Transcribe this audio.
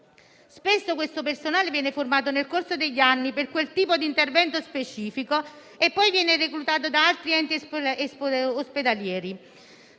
Spesso questo personale viene formato nel corso degli anni per quel tipo di intervento specifico e poi viene reclutato da altri enti ospedalieri,